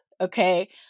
Okay